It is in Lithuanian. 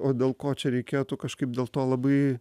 o dėl ko čia reikėtų kažkaip dėl to labai